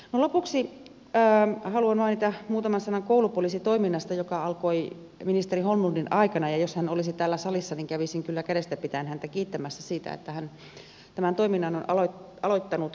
lopuksi haluan mainita muutaman sanan koulupoliisitoiminnasta joka alkoi ministeri holmlundin aikana ja jos hän olisi täällä salissa niin kävisin kyllä kädestä pitäen häntä kiittämässä siitä että hän tämän toiminnan on aloittanut